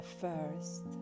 first